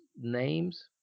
names